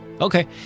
Okay